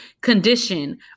condition